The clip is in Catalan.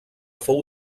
fou